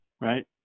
right